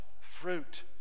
fruit